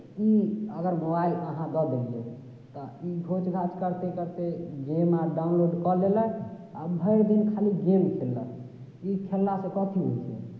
ई अगर मोबाइल अहाँ दऽ देलियै तऽ घोच घाच करिते करिते गेम आर डाउनलोड कऽ लेलथि आ भरि दिन खाली गेम खेललथि ओ खेललासँ कथि होइ छै